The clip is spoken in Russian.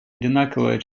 одинаковое